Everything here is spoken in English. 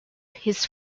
his